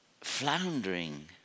floundering